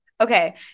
Okay